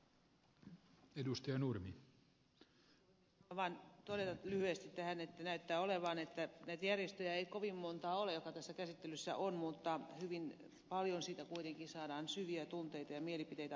haluan vain todeta lyhyesti tähän että näyttää olevan niin että näitä järjestöjä ei kovin monta ole jotka tässä käsittelyssä ovat mutta hyvin paljon siitä kuitenkin saadaan syviä tunteita ja mielipiteitä aikaan